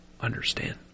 understand